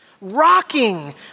Rocking